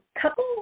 couple